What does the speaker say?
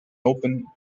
open